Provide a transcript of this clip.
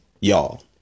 y'all